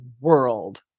world